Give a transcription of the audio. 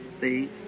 See